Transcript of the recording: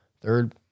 third